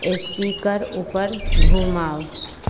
speaker ऊपर घुमाउ